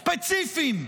ספציפיים,